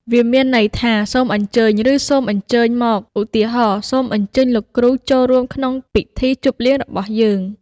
វាមានន័យថា សូមអញ្ជើញ ឬ សូមអញ្ជើញមក ឧទាហរណ៍សូមអញ្ជើញលោកគ្រូចូលរួមក្នុងពិធីជប់លៀងរបស់យើង។